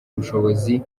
bushobozi